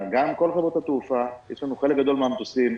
כל חברות התעופה, יש לנו חלק גדול מן המטוסים